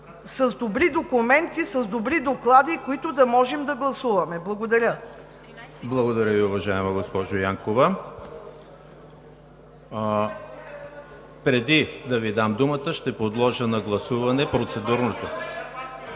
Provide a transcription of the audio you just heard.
с добри документи, с добри доклади, които да можем да гласуваме. Благодаря. ПРЕДСЕДАТЕЛ ЕМИЛ ХРИСТОВ: Благодаря Ви, уважаема госпожо Янкова. Преди да Ви дам думата, ще подложа на гласуване процедурното…